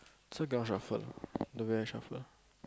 so shuffle the shuffle